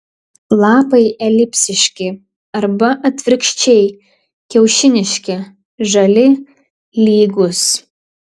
lapai elipsiški arba atvirkščiai kiaušiniški žali lygūs